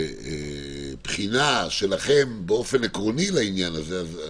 אותם על בחינה באופן עקרוני לעניין הזה,